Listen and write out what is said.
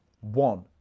one